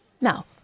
Now